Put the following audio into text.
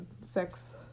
sex